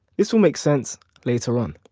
this will make sense later on.